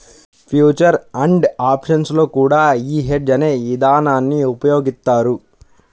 future and options లో కూడా యీ హెడ్జ్ అనే ఇదానాన్ని ఉపయోగిత్తారు